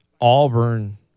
Auburn